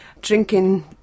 drinking